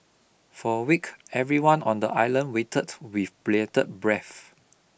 for a week everyone on the island waited with bated breath